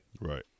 Right